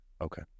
Okay